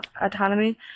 autonomy